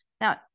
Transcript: Now